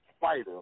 fighter